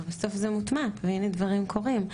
ובסוף זה מוטמע והנה דברים קורים.